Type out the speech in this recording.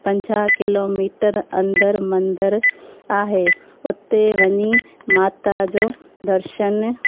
पंजाह किलोमीटर अंदरि मंदरु आहे हुते वञी माता जो दर्शनु